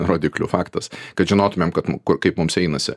rodiklių faktas kad žinotumėm kad kaip mums einasi